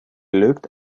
looked